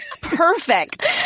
Perfect